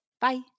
Bye